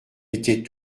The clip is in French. était